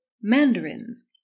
mandarins